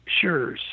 Sure